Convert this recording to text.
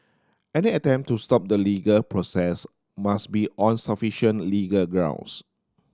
any attempt to stop the legal process must be on sufficient legal grounds